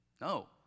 No